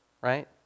right